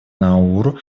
науру